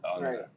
Right